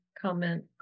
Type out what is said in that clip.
comment